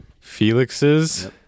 Felix's